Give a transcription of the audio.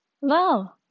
wow